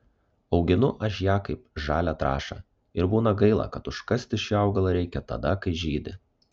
auginu aš ją kaip žalią trąšą ir būna gaila kad užkasti šį augalą reikia tada kai žydi